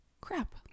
crap